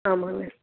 ஆமாம்ங்க